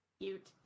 Cute